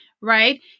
right